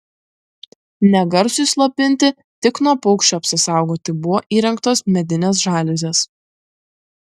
ne garsui slopinti tik nuo paukščių apsisaugoti buvo įrengtos medinės žaliuzės